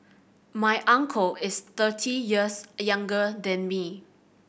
my uncle is thirty years younger than me